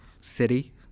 city